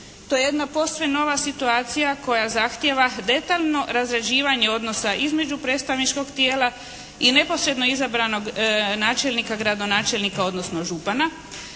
To je jedna posve nova situacija koja zahtijeva detaljno razrađivanje odnosa između predstavničkog tijela i neposredno izabranog načelnika, gradonačelnika odnosno župana.